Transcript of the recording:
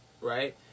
right